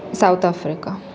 South Africa